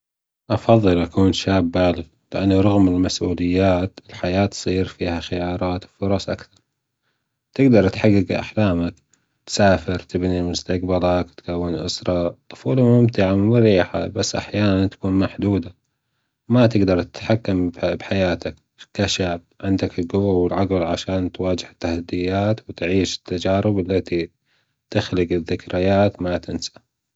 أفضل ان أكون شاب بالغ لأنة برغم المسؤليات الحياه تسير فيها خيارات وفرص اكثر تقدر تحجج أحلامك تسافر تبنى مستجبلك تكون أسرة الطفولة ممتعة. بس أحيانا تكون محدودة ما تجدر تتحكم بحياتك أنت شاب عندك الجوة والعقل والعنفوان تواجة التحديات وتعيش التجارب التى تخلج الذكريات ما تنسى